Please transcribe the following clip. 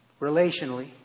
Relationally